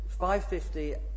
550